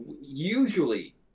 Usually